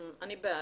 אני בעד.